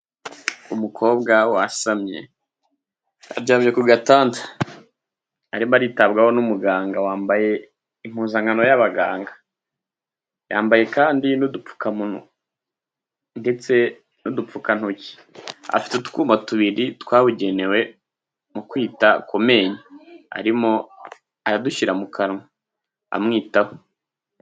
Umukobwa wasamye. Aryamye ku gatanda. Arimo aritabwaho n'umuganga wambaye impuzankano y'abaganga. Yambaye kandi n'udupfukamunwa ndetse n'udupfukantoki. Afite utwuma tubiri twabugenewe mu kwita ku menyo. Arimo aradushyira mu kanwa, amwitaho.